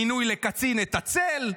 מינוי לקצין את הצל,